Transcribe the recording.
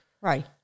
Right